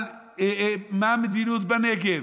על מה המדיניות בנגב.